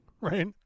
right